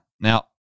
Now